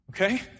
Okay